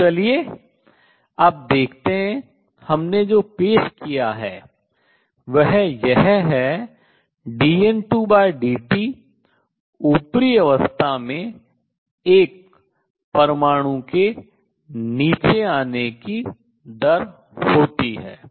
तो चलिए अब देखते हैं हमने जो पेश किया है वह यह है कि dN2dt ऊपरी अवस्था में एक परमाणु के नीचे आने की दर होती है